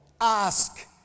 ask